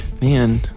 Man